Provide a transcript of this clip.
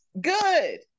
good